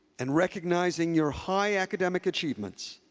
and recognizing your high academic achievements,